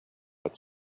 its